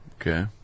Okay